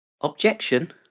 Objection